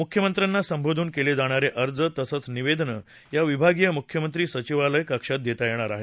मुख्यमंत्र्यांना संबोधून केले जाणारे अर्ज तसंच निवेदनं या विभागीय मुख्यमंत्री सचिवालय कक्षात देता येणार आहेत